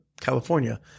California –